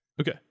Okay